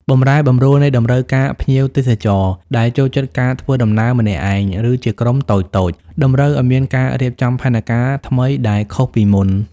បម្រែបម្រួលនៃតម្រូវការភ្ញៀវទេសចរ ដែលចូលចិត្តការធ្វើដំណើរម្នាក់ឯង ឬជាក្រុមតូចៗ តម្រូវឱ្យមានការរៀបចំផែនការថ្មីដែលខុសពីមុន។